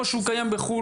או שהוא קיים בחו"ל